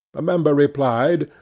a member replied,